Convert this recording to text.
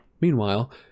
Meanwhile